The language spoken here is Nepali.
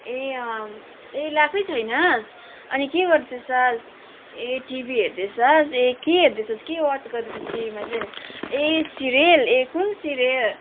ए अँ ए लगाएकै छैनस् अनि के गर्दैछस् ए टिभी हेर्दैछस् ए के हेर्दैछस् के वाच गर्दैछस् टिभीमा चाहिँ अनि ए सिरियल ए कुन सिरियल